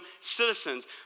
citizens